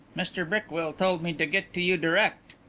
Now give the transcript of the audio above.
mr brickwill told me to get to you direct.